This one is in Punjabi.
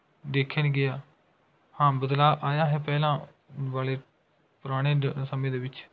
ਦੇਖਿਆ ਨਹੀਂ ਗਿਆ ਹਾਂ ਬਦਲਾਅ ਆਇਆ ਹੈ ਪਹਿਲਾਂ ਵਾਲੇ ਪੁਰਾਣੇ ਸਮੇਂ ਦੇ ਵਿੱਚ